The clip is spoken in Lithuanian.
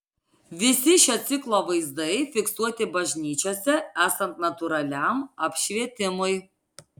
visi šio ciklo vaizdai fiksuoti bažnyčiose esant natūraliam apšvietimui